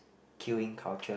queuing culture